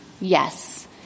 Yes